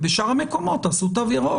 ובשאר המקומות תעשו תו ירוק,